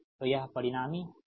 तो यह परिणामी है